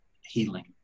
healing